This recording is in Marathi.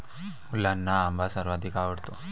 मुलांना आंबा सर्वाधिक आवडतो